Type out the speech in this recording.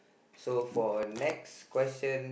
so for the next question